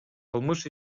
кылмыш